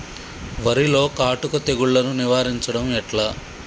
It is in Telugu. వరిలో కాటుక తెగుళ్లను నివారించడం ఎట్లా?